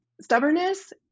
stubbornness